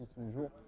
so module